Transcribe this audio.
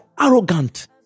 arrogant